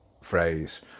phrase